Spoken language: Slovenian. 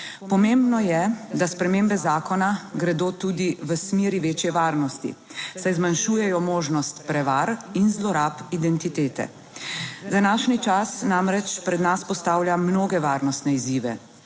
Pomembno je, da spremembe zakona gredo tudi v smeri večje varnosti, saj zmanjšujejo možnost prevar in zlorab identitete. Današnji čas namreč pred nas postavlja mnoge varnostne izzive,